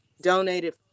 donated